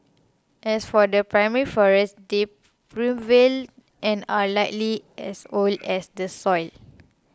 as for the primary forest they primeval and are likely as old as the soil